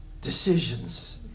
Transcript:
decisions